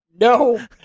No